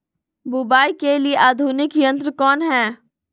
बुवाई के लिए आधुनिक यंत्र कौन हैय?